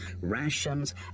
rations